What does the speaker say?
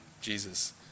Jesus